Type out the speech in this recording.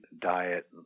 diet